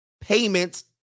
payments